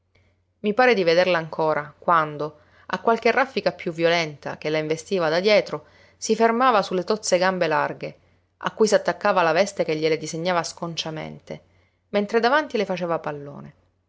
i pare di vederla ancora quando a qualche raffica più violenta che la investiva da dietro si fermava su le tozze gambe larghe a cui s'attaccava la veste che gliele disegnava sconciamente mentre davanti le faceva pallone